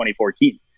2014